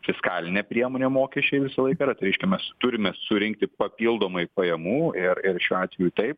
fiskalinė priemonė mokesčiai visą laiką yra tai reiškia mes turime surinkti papildomai pajamų ir ir šiuo atveju taip